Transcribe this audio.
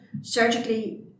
Surgically